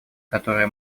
которые